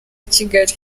kigali